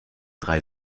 drei